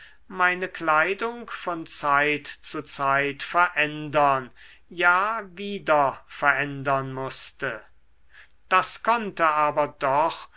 meine kleidung von zeit zu zeit verändern ja wieder verändern mußte das konnte aber doch